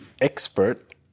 expert